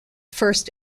first